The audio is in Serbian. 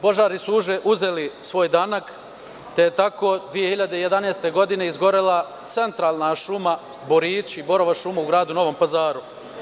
Požari su uzeli svoj danak, te je tako 2011. godine izgorela centralna borova šuma u gradu Novom Pazaru.